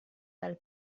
dal